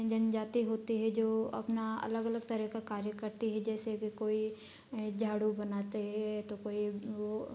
जनजाति होते हैं जो अपना अलग अलग तरह का कार्य करते हैं जैसे अगर कोई झाड़ू बनाते हैं तो कोई वो